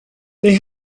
they